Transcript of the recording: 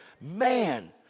man